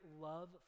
love